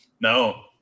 No